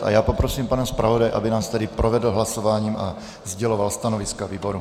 A já poprosím pana zpravodaje, aby nás tedy provedl hlasováním a sděloval stanoviska výboru.